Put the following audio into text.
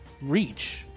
reach